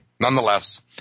Nonetheless